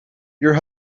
your